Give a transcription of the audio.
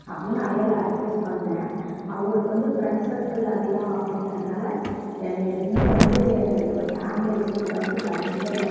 அப்படின்னு நிறைய நான் அட்வைஸ் பண்ணிணேன் அவருக்கு வந்து ஃப்ரெண்ட்ஸ் சர்க்குள் அதிகம் அப்படிங்கிறனால என்னை எதுவுமே வந்து எங்களை ஒரு ஃபேம்லி விஷயத்தில் வந்து கண்டுக்கவே இல்லை